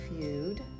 Feud